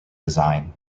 design